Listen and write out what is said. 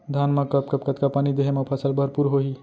धान मा कब कब कतका पानी देहे मा फसल भरपूर होही?